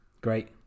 Great